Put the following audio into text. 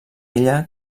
ella